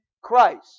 Christ